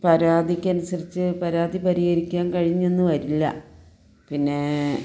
പരാതിക്ക് അനുസരിച്ചു പരാതി പരിഹരിക്കാൻ കഴിഞ്ഞെന്ന് വരില്ല പിന്നേ